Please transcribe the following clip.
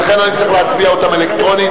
ולכן אני צריך להצביע עליהן אלקטרונית.